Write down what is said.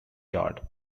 yard